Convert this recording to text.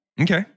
Okay